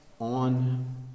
on